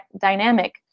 dynamic